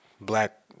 black